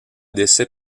décès